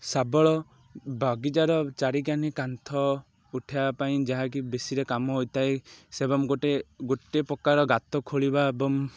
ଶାବଳ ବଗିଚାର ଚାରିକାନି କାନ୍ଥ ଉଠାଇବା ପାଇଁ ଯାହାକି ବେଶୀରେ କାମ ହୋଇଥାଏ ସେ ଏବଂ ଗୋଟେ ଗୋଟେ ପ୍ରକାର ଗାତ ଖୋଳିବା ଏବଂ